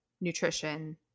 nutrition